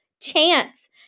chance